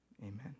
Amen